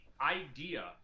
idea